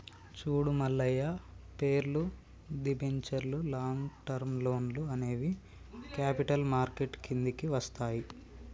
చూడు మల్లయ్య పేర్లు, దిబెంచర్లు లాంగ్ టర్మ్ లోన్లు అనేవి క్యాపిటల్ మార్కెట్ కిందికి వస్తాయి